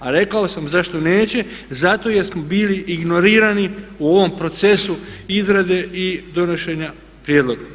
A rekao sam zašto neće, zato jer smo bili ignorirani u ovom procesu izrade i donošenja prijedloga.